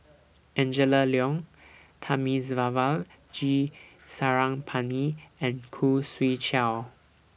Angela Liong Thamizhavel G Sarangapani and Khoo Swee Chiow